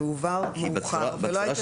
זה הובהר מאוחר ולא היה זמן לבדוק את זה.